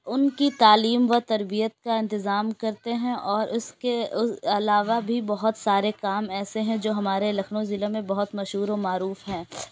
ان کی تعلیم و تربیت کا انتظام کرتے ہیں اور اس کے علاوہ بھی بہت سارے کام ایسے ہیں جو ہمارے لکھنؤ ضلع میں بہت مشہور و معروف ہیں